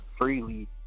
freely